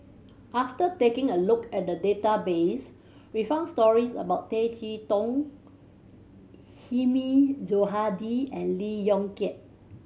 after taking a look at the database we found stories about Tay Chee Toh Hilmi Johandi and Lee Yong Kiat